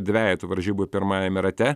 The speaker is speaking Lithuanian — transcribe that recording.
dvejetų varžybų pirmajame rate